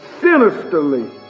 sinisterly